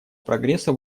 прогресса